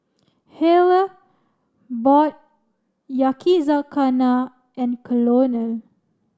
Halle bought Yakizakana and Colonel